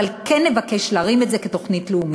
אבל כן נבקש להרים את זה כתוכנית לאומית.